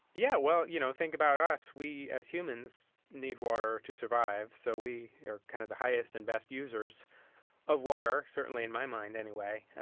yeah well, you know think about us. we as humans need water to survive. so we are kind of the highest and best users of water, certainly in my mind anyway.